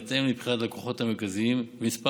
בהתאם לבחירת לקוחות המרכזים ולמספר